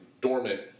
dormant